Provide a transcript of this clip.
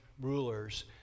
rulers